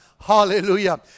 Hallelujah